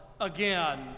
again